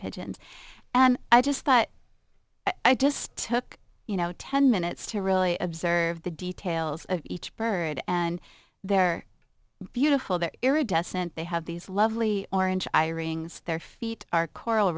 pigeons and i just thought i just took you know ten minutes to really observe the details of each bird and they're beautiful they're iridescent they have these lovely orange i wring their feet are coral